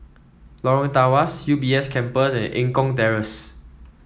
Lorong Tawas U B S Campus and Eng Kong Terrace